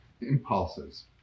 impulses